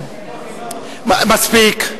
מספיק.